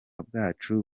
bwacu